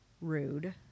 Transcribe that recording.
Rude